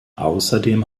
außerdem